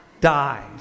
dies